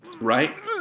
right